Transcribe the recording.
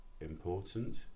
important